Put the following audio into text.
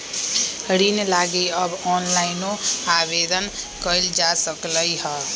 ऋण लागी अब ऑनलाइनो आवेदन कएल जा सकलई ह